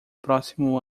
próximo